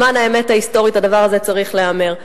למען האמת ההיסטורית הדבר הזה צריך להיאמר.